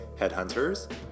Headhunters